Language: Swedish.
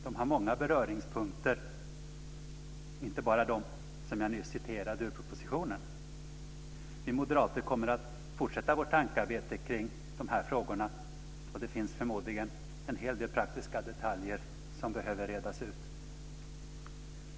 De har många beröringspunkter, inte bara dem som jag nyss citerade ur propositionen. Vi moderater kommer att fortsätta vårt tankearbete kring dessa frågor. Det finns förmodligen en hel del praktiska detaljer som behöver redas ut.